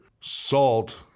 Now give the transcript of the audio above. salt